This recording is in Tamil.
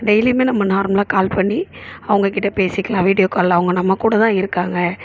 டெய்லியுமே நம்ம நார்மலாக கால் பண்ணி அவங்க கிட்டே பேசிக்கலாம் வீடியோ காலில் அவங்க நம்ம கூட தான் இருக்காங்க